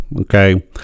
okay